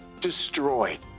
destroyed